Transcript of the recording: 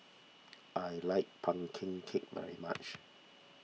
I like Pumpkin Cake very much